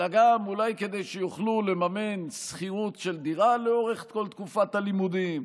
אלא גם אולי כדי שיוכלו לממן שכירות של דירה לאורך כל תקופת הלימודים,